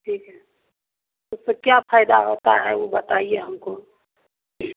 ठीक है तो क्या फायदा होता है वो बताइये हमको